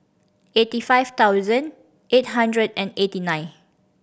eighty five thousand eight hundred and eighty nine